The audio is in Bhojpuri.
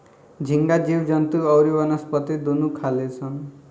झींगा जीव जंतु अउरी वनस्पति दुनू खाले सन